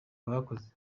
bakoze